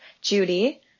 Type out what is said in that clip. Judy